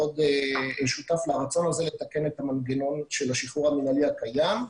מאוד שותף לרצון הזה לתקן את המנגנון של השחרור המנהלי הקיים.